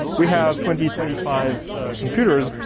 we have twenty twenty five computers.